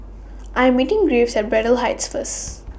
I'm meeting Graves At Braddell Heights First